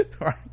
Right